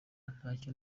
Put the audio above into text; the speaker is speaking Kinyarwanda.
ntacyo